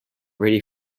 ready